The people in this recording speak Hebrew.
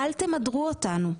אל תמדרו אותנו,